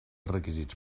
requisits